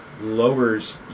lowers